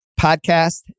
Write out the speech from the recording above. Podcast